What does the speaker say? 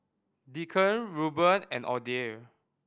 Deacon Rueben and Audie